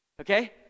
Okay